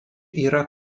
yra